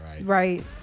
Right